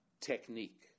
technique